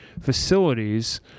facilities